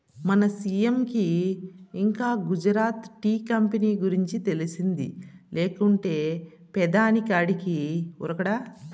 మన సీ.ఎం కి ఇంకా గుజరాత్ టీ కంపెనీ గురించి తెలిసింది లేకుంటే పెదాని కాడికి ఉరకడా